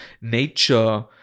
nature